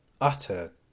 utter